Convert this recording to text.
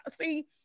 See